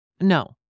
No